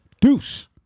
deuce